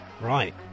Right